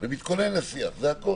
ומתכונן אליו.